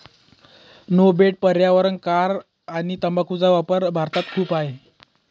no बेटा पर्यावरण कर आणि तंबाखूचा वापर भारतात खूप आहे